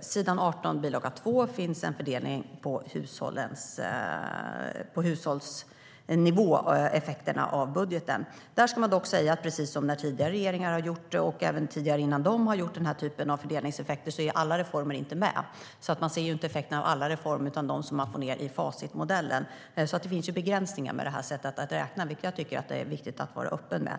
s. 18 i bil. 2 finns en fördelning över nivån på effekterna av budgeten på hushållen. Jag ska dock säga att precis som gällde när tidigare regeringar har angett den här typen av fördelningseffekter är alla reformer inte med. Därför ser man inte effekten av alla reformer utan bara av dem som man får med i facitmodellen. Det finns alltså begränsningar med detta sätt att räkna, vilket jag tycker är viktigt att vara öppen med.